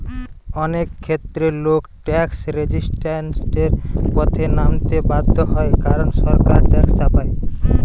অনেক ক্ষেত্রে লোক ট্যাক্স রেজিস্ট্যান্সের পথে নামতে বাধ্য হয় কারণ সরকার ট্যাক্স চাপায়